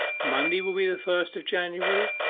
monday will be the first of january,